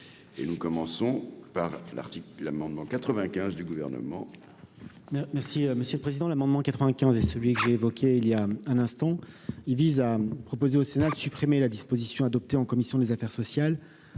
nous commençons par l'article l'amendement 95 du gouvernement. Merci Monsieur le Président l'amendement 95 et celui que j'ai évoqué il y a un instant, il vise à proposer au Sénat, supprimer la disposition adoptée en commission des affaires sociales